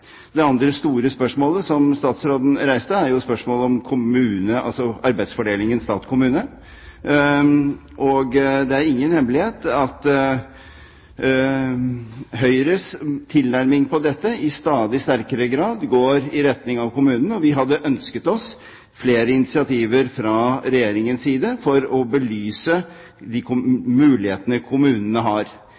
Det andre store spørsmålet som statsråden reiste, er spørsmålet om arbeidsfordelingen stat/kommune. Det er ingen hemmelighet at Høyres tilnærming til dette i stadig sterkere grad går i retning av kommunen. Vi hadde ønsket oss flere initiativer fra Regjeringens side for å belyse de mulighetene kommunene har.